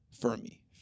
Fermi